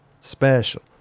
special